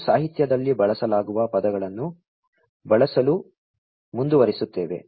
ನಾವು ಸಾಹಿತ್ಯದಲ್ಲಿ ಬಳಸಲಾಗುವ ಪದಗಳನ್ನು ಬಳಸಲು ಮುಂದುವರಿಸುತ್ತೇವೆ